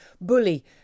bully